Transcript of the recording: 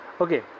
okay